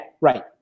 right